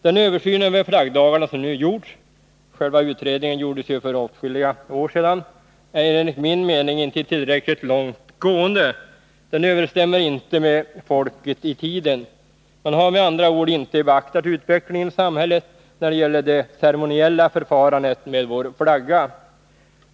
Den översyn över flaggdagarna som gjorts — själva utredningen utfördes ju för åtskilliga år sedan — är enligt min mening inte tillräckligt långtgående. Den överensstämmer inte med devisen ”med folket i tiden”. Man har med andra ord inte beaktat utvecklingen i samhället när det gäller det ceremoniella förfarandet med vår flagga.